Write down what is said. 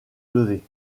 levée